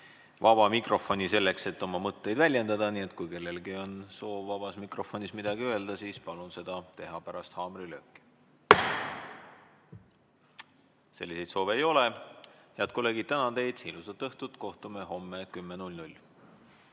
vaba mikrofoni selleks, et oma mõtteid väljendada. Nii et kui kellelgi on soov vabas mikrofonis midagi öelda, siis palun seda teha pärast haamrilööki. Selliseid soove ei ole. Head kolleegid, tänan teid. Ilusat õhtut! Kohtume homme kell